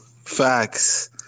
Facts